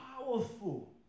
powerful